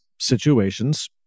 situations